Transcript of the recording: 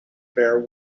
bare